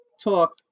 talk